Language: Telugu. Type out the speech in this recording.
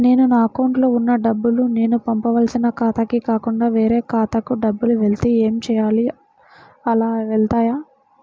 నేను నా అకౌంట్లో వున్న డబ్బులు నేను పంపవలసిన ఖాతాకి కాకుండా వేరే ఖాతాకు డబ్బులు వెళ్తే ఏంచేయాలి? అలా వెళ్తాయా?